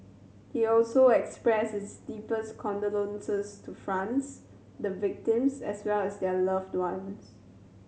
he also expressed his deepest condolences to France the victims as well as their loved ones